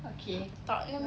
okay